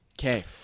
okay